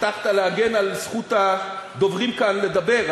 הבטחת להגן על זכות הדוברים כאן לדבר,